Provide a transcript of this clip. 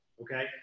Okay